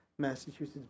Massachusetts